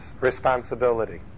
responsibility